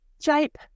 shape